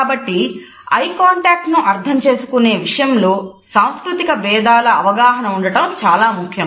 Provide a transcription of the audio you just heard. కాబట్టి eye contact ను అర్థం చేసుకునే విషయంలో సాంస్కృతికభేదాల అవగాహన ఉండటం చాలా ముఖ్యం